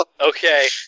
okay